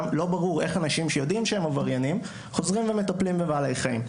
לא ברור איך אנשים שיודעים שהם עבריינים חוזרים ומטפלים בבעלי חיים.